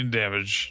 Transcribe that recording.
damage